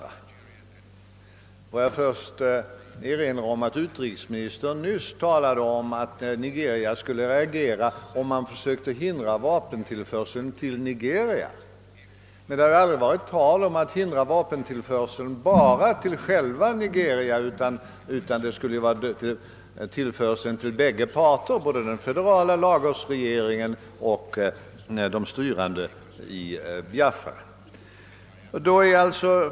Jag vill då först och främst erinra om att utrikesministern nyss talade om att Nigeria skulle reagera därest man försökte hindra vapentillförseln till den federala regeringen i Nigeria. Det har inte varit tal om att hindra vapentillförseln endast till själva Nigeria, utan det skulle gälla bägge parter, både den federala Lagosregeringen och de styrande i Biafra.